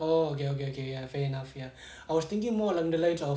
oh okay okay okay ya fair enough ya I was thinking more along the lines of